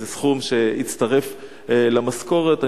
איזה סכום שהצטרף למשכורת.